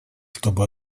чтобы